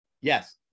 Yes